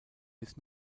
bis